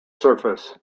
surface